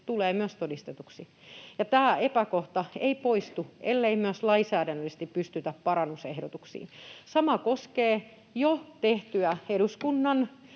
tulee myös todistetuksi. Tämä epäkohta ei poistu, ellei myös lainsäädännöllisesti pystytä parannusehdotuksiin. Sama koskee jo tehtyä eduskunnan